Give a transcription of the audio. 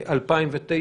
ל-2009,